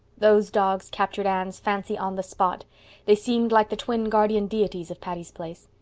those dogs captured anne's fancy on the spot they seemed like the twin guardian deities of patty's place.